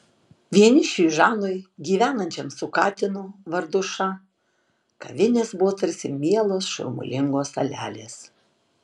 vienišiui žanui gyvenančiam su katinu vardu ša kavinės buvo tarsi mielos šurmulingos salelės